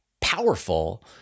powerful